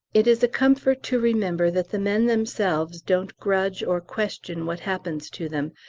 it is a comfort to remember that the men themselves don't grudge or question what happens to them,